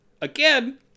again